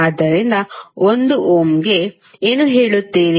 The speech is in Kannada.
ಆದ್ದರಿಂದ 1 ಓಮ್ ಏನು ಹೇಳುತ್ತೀರಿ